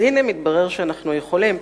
אז הנה, מתברר שאנחנו יכולים.